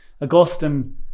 Augustine